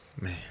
Man